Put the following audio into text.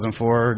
2004